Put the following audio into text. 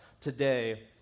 today